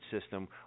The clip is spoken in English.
system